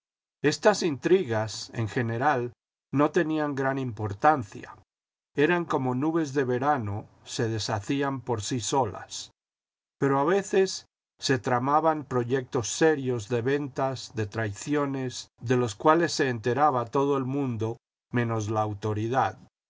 estas intrigas en general no tenían gran importancia eran corno nubes de verano se deshacían por sí solas pero a veces se tramaban proyectos serios de ventas de traiciones de los cuales se enteraba todo el mundo menos la autoridad